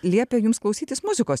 liepė jums klausytis muzikos